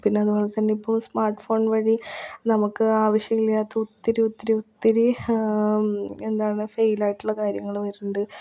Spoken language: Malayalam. പിന്നെ അതുപോലെ തന്നെ ഇപ്പം സ്മാർട്ട്ഫോൺ വഴി നമുക്ക് ആവിശ്യമില്ലാത്ത ഒത്തിരി ഒത്തിരി ഒത്തിരി എന്താണ് ഫെയിലായിട്ടുള്ള കാര്യങ്ങൾ വരുന്നുണ്ട്